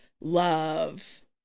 love